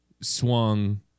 swung